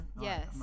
yes